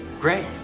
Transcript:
Great